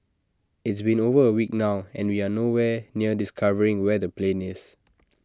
it's been over A week now and we are no where near discovering where the plane is